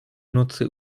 nocy